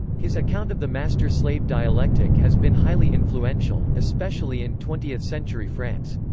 his account of the master-slave dialectic has been highly influential, especially in twentieth century france.